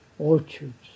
Orchards